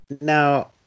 Now